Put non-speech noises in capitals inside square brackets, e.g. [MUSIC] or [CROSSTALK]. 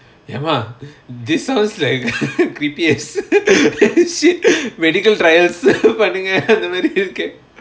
ஏமா:yaemaa this sounds like [LAUGHS] creepiest shit medical trials பண்ணுங்க அந்த மாரி இருக்கே:pannunga antha maari irukkae